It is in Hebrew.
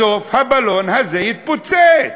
בסוף הבלון הזה יתפוצץ,